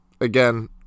again